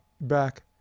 back